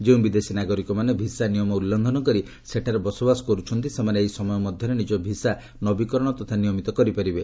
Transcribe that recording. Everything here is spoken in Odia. ଯେଉଁ ବିଦେଶୀ ନାଗରିକମାନେ ଭିସା ନିୟମ ଉଲ୍କୃଘନ କରି ସେଠାରେ ବସବାସ କରୁଛନ୍ତି ସେମାନେ ଏହି ସମୟ ମଧ୍ୟରେ ନିଜ ଭିସା ନବୀକରଣ ତଥା ନିୟମିତ କରିପାରିବେ